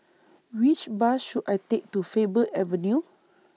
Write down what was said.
Which Bus should I Take to Faber Avenue